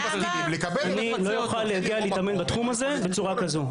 אני לא אוכל להגיע להתאמן בתחום הזה בצורה כזו.